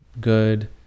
good